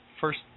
first